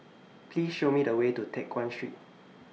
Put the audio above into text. Please Show Me The Way to Teck Guan Street